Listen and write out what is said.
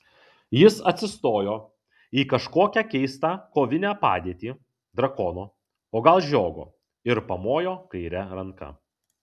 jis atsistojo į kažkokią keistą kovinę padėtį drakono o gal žiogo ir pamojo kaire ranka